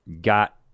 got